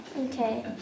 Okay